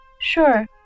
Sure